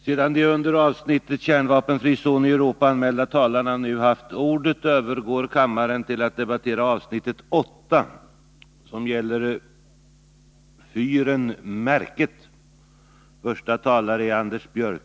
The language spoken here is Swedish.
Sedan de under avsnittet Regeringens handläggning av de s.k. blockbetygen anmälda talarna nu haft ordet övergår kammaren till att debattera avsnitt 16: Regeringens kontroll av säkerhetspolisens verksamhet.